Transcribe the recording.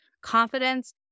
confidence